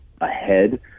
ahead